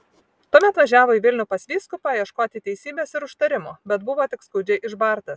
tuomet važiavo į vilnių pas vyskupą ieškoti teisybės ir užtarimo bet buvo tik skaudžiai išbartas